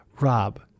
Rob